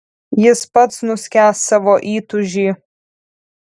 jis pats nuskęs savo įtūžy